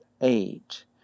eight